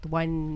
one